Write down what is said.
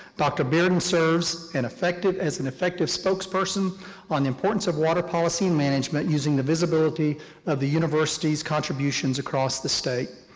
dr. bearden serves and as an effective spokesperson on the importance of water policy and management using the visibility of the university's contributions across the state.